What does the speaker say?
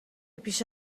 پیش